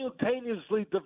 simultaneously